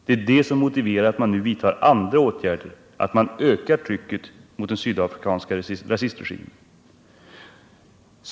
Det är detta som nu motiverar att vi vidtar andra åtgärder, att vi ökar trycket mot den sydafrikanska rasistregimen.